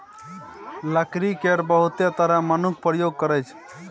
लकड़ी केर बहुत तरहें मनुख प्रयोग करै छै